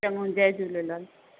चङो जय झूलेलाल